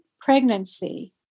pregnancy